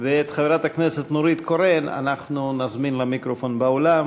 ואת חברת הכנסת נורית קורן אנחנו נזמין למיקרופון באולם